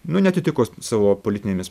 nu neatitiko savo politinėmis